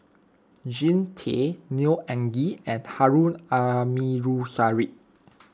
Jean Tay Neo Anngee and Harun Aminurrashid